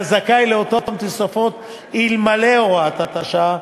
שהיה זכאי לאותן תוספות אלמלא הוראת השעה,